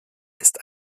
ist